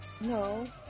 No